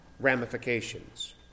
ramifications